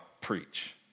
preach